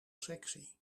sexy